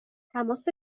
تماس